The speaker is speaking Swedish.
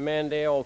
Å andra sidan är